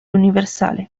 universale